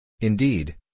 Indeed